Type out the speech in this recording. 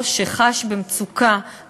במיוחד המעסיקה הגדולה ביותר,